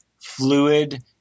fluid